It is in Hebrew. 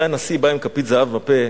שהיה נשיא ובא עם כפית זהב בפה: